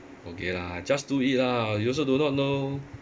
okay lah just do it lah you also do not know